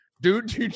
dude